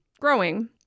growing